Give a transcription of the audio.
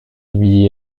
lui